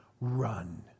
run